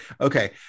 Okay